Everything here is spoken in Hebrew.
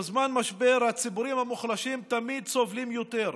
בזמן משבר הציבורים המוחלשים תמיד סובלים יותר.